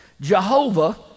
Jehovah